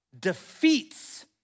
defeats